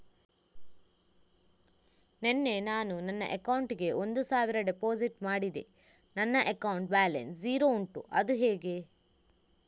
ನಿನ್ನೆ ನಾನು ನನ್ನ ಅಕೌಂಟಿಗೆ ಒಂದು ಸಾವಿರ ಡೆಪೋಸಿಟ್ ಮಾಡಿದೆ ನನ್ನ ಅಕೌಂಟ್ ಬ್ಯಾಲೆನ್ಸ್ ಝೀರೋ ಉಂಟು ಅದು ಹೇಗೆ?